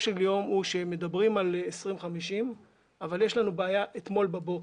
של יום הוא שמדברים על 2050 אבל יש לנו בעיה אתמול בבוקר.